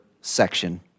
section